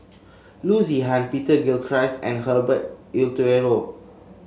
Loo Zihan Peter Gilchrist and Herbert Eleuterio